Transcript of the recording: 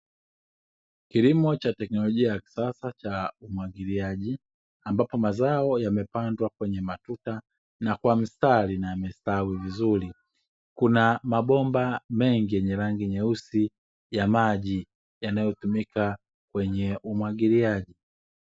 Kilimo cha teckinolojia ya kisasa cha umwagiliaji, ambapo mazao yamepandwa kwenye matuta na kwa mstari na yamestawi vizuri. Kuna mabomba mengi yenye rangi nyeusi ya maji yanayo tumika kwenye umwagiliaji.